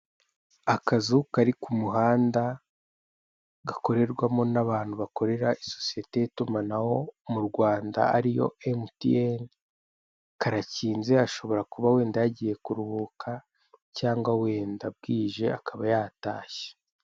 Akazu kari ku muhanda gakorerwamo n'abantu bakorera isosiyete y'itumanaho mu Rwanda ariyo emutiyeni karakinze ashobora kuba wenda yagiye kuruhuka cyangwa wenda bwije akaba yatashye.